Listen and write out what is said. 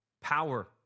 Power